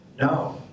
No